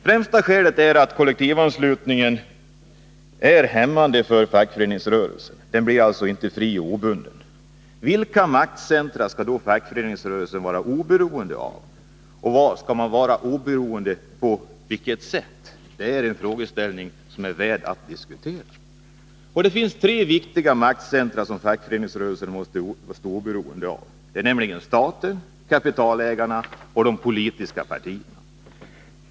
Främsta skälet är att kollektivanslutningen är hämmande för fackföreningsrörelsen, den blir alltså inte fri och obunden. Vilka maktcentra skall fackföreningsrörelsen vara oberoende av, och på vilket sätt skall man vara oberoende? Det är frågeställningar som är värda att diskutera. Det finns tre viktiga maktcentra som fackföreningsrörelsen måste stå oberoende av, nämligen staten, kapitalägarna och de politiska partierna.